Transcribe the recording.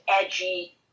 edgy